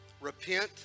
Repent